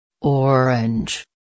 Orange